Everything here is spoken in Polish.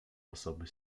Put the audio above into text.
osoby